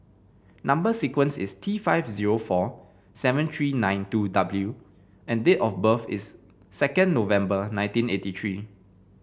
number sequence is T five zero four seven three nine two W and date of birth is second November nineteen eighty three